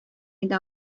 иде